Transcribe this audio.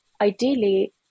ideally